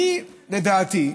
לדעתי,